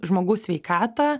žmogaus sveikatą